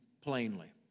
plainly